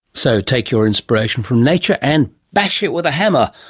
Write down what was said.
so, take your inspiration from nature and bash it with a hammer.